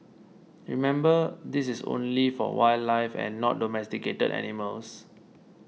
remember this is only for wildlife and not domesticated animals